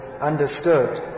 understood